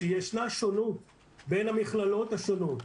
שישנה שונות בין המכללות השונות.